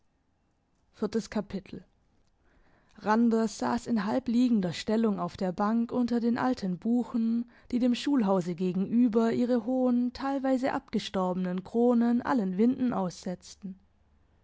randers sass in halbliegender stellung auf der bank unter den alten buchen die dem schulhause gegenüber ihre hohen teilweise abgestorbenen kronen allen winden aussetzten